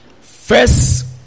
first